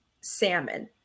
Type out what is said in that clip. salmon